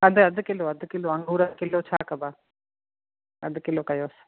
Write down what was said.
अधि अधि किलो अधि किलो अंगूर किलो छा कबा अधि किलो कयोस